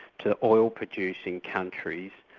to the oil producing countries,